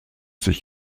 sich